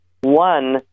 One